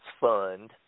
fund